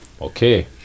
okay